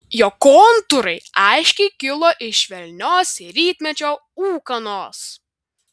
jo kontūrai aiškiai kilo iš švelnios rytmečio ūkanos